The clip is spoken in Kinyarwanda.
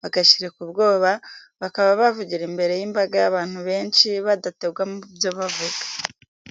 bagashiruka ubwoba, bakaba bavugira imbere y'imbaga y'abantu benshi badategwa mu byo bavuga.